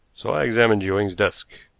so i examined ewing's desk.